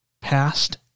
past